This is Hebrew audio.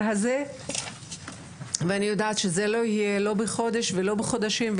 הזה ואני יודעת שזה לא יהיה לא בחודש ולא בחודשים,